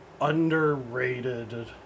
underrated